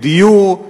בדיור,